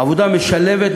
עבודה משלבת,